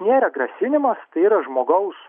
nėra grasinimas tai yra žmogaus